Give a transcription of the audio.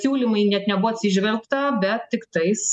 siūlymai net nebuvo atsižvelgta bet tiktais